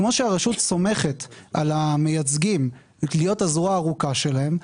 כמו שהרשות סומכת על המייצגים להיות הזרוע הארוכה שלהם,